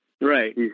Right